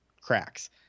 cracks